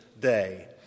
day